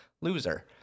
loser